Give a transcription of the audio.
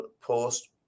post